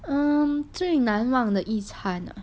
um 最难忘的一餐 ah